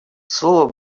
слово